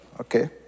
okay